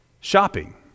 shopping